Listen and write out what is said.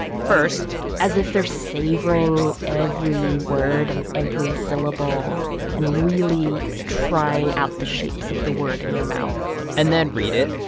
first. as if they're savoring every word and every syllable and really trying out the shapes of the word in your mouth and then read it.